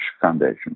Foundation